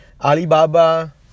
alibaba